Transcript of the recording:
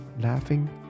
laughing